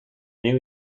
new